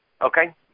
Okay